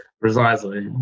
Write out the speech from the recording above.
Precisely